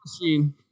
machine